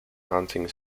hunting